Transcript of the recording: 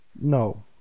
No